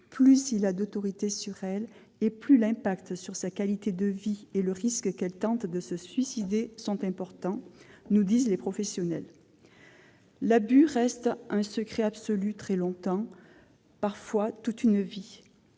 plus il a d'autorité sur elle, et plus l'impact sur sa qualité de vie et le risque qu'elle tente de se suicider sont importants, nous disent les professionnels. L'abus reste un secret absolu très longtemps, parfois toute une vie.